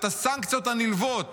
ואת הסנקציות הנלוות